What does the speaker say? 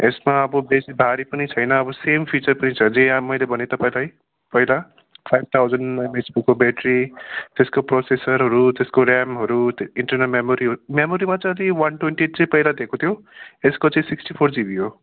यसमा अब बेसी भारी पनि छैन अब सेम फिचर पनि छ जे यहाँ मैले भनेँ तपाईँलाई पहिला फाइभ थाउजन एमएचजीको ब्याट्री त्यसको प्रोसेसरहरू त्यसको ऱ्यामहरू इन्टरनल मेमोरीहरू मेमोरीमा चाहिँ अलि वान ट्वेन्टी एट चाहिँ पहिला दिएको थियो यसको चाहिँ सिक्सटी फोर जिबी हो